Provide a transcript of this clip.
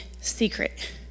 secret